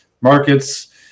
markets